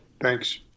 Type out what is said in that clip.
Thanks